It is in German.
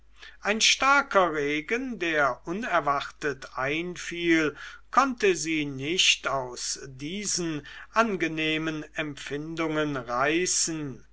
ein starker regen der unerwartet einfiel konnte sie nicht aus diesen angenehmen empfindungen reißen